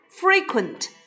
Frequent